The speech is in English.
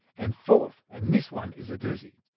and fourth, and this one is a doozy,